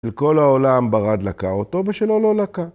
של כל העולם ברד לקה אותו, ושלו לא לקה.